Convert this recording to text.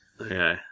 Okay